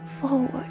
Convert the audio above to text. forward